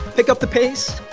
pick up the pace